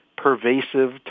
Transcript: pervasive